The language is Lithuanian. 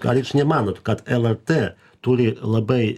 ar jūs nemanot kad lrt turi labai